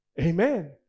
Amen